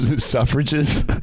Suffrages